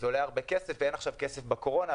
זה עולה הרבה כסף ואין עכשיו כסף עם משבר הקורונה,